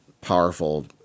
powerful